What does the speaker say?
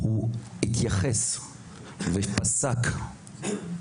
מתייחסת לכך